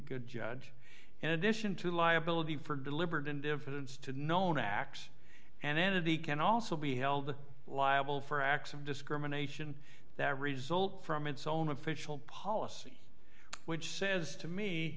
good judge in addition to liability for deliberate indifference to known acts an entity can also be held liable for acts of discrimination that result from it's own official policy which says to me